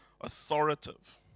authoritative